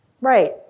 Right